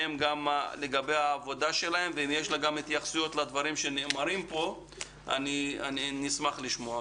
לגבי העבודה שלהם ואם יש לה התייחסות לדברים שנאמרים פה אני אשמח לשמוע.